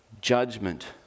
judgment